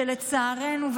שלצערנו,